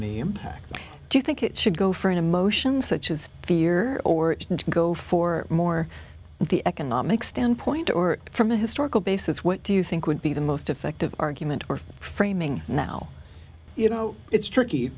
any impact do you think it should go for emotions such as fear or go for more of the economic standpoint or from a historical basis what do you think would be the most effective argument for framing now you know it's tricky